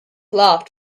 laughed